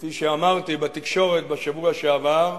כפי שאמרתי בתקשורת בשבוע שעבר,